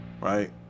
right